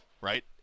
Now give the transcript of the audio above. right